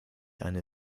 eine